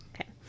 Okay